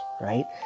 right